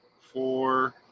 four